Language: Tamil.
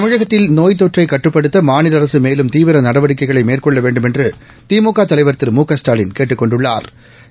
தமிழகத்தில் நோய் நொற்றை கட்டுப்படுத்த மாநில அரசு மேலும் தீவிர நடவடிக்கைகளை மேற்கொள்ள வேண்டுமென்று திமுக தலைவா் திரு மு க ஸ்டாலின் கேட்டுக் கொண்டுள்ளாா்